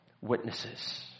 witnesses